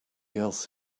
else